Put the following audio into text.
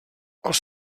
els